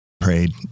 prayed